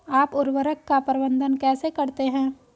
आप उर्वरक का प्रबंधन कैसे करते हैं?